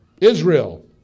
Israel